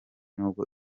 nubwo